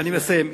אני מסיים,